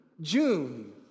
June